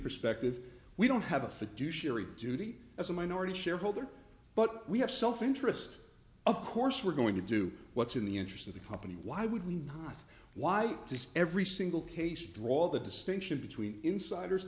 perspective we don't have a fiduciary duty as a minority shareholder but we have self interest of course we're going to do what's in the interest of the public why would we not why does every single case draw the distinction between insiders